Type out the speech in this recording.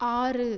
ஆறு